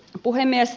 puhemies